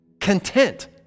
content